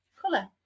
colour